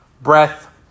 breath